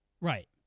Right